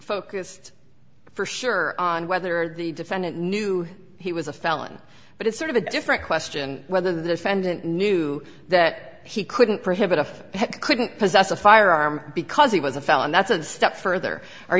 focused for sure on whether the defendant knew he was a felon but it's sort of a different question whether the defendant knew that he couldn't prohibit a couldn't possess a firearm because he was a felon that's a step further